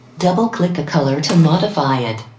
double-click a color to modify it.